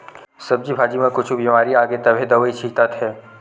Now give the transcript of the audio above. सब्जी भाजी म कुछु बिमारी आगे तभे दवई छितत हे